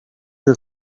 your